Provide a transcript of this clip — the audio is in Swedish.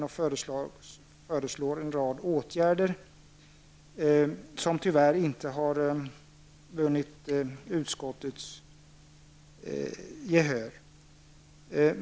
Vi föreslår en rad åtgärder som tyvärr inte har vunnit utskottets gehör.